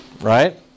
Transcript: Right